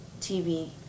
TV